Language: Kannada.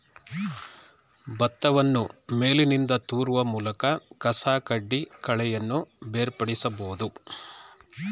ಭತ್ತವನ್ನು ಮೇಲಿನಿಂದ ತೂರುವ ಮೂಲಕ ಕಸಕಡ್ಡಿ ಕಳೆಯನ್ನು ಬೇರ್ಪಡಿಸಬೋದು